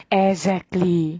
exactly